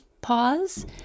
pause